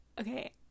okay